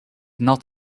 not